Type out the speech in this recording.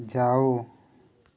जाओ